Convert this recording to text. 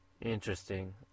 Interesting